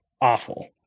awful